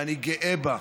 ואני גאה בו.